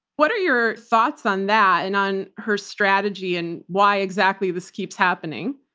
what are your thoughts on that and on her strategy and why exactly this keeps happening?